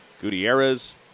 Gutierrez